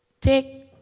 Take